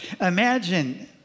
Imagine